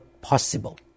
possible